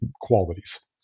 qualities